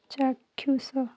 ଚାକ୍ଷୁଷ